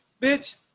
Bitch